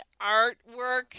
artwork